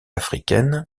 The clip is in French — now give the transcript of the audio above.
africaine